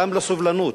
גם לסובלנות,